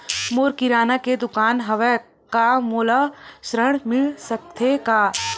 मोर किराना के दुकान हवय का मोला ऋण मिल सकथे का?